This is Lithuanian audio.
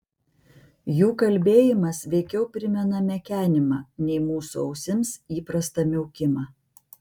jų kalbėjimas veikiau primena mekenimą nei mūsų ausims įprastą miaukimą